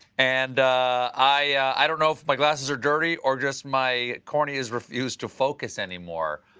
and i don't know if my glasses are dirty or just my cornas refuse to focus anymore.